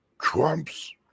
Trumps